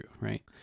right